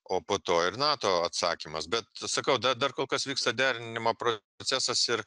o po to ir nato atsakymas bet sakau da dar kol kas vyksta derinimo procesas ir